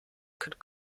could